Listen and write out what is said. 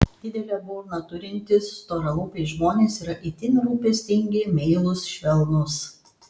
didelę burną turintys storalūpiai žmonės yra itin rūpestingi meilūs švelnūs